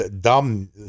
dumb